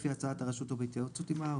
לפי הצעת הרשות או בהתייעצות עמה,